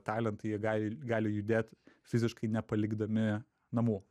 talentai jie gali gali judėti fiziškai nepalikdami namų